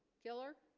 killer